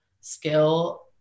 skill